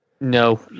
No